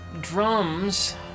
drums